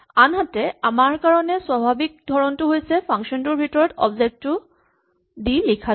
আনহাতে আমাৰ কাৰণে স্বাভাৱিক ধৰণটো হৈছে ফাংচন টোৰ ভিতৰত অবজেক্ট টো দি লিখাটো